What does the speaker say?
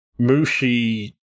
Mushi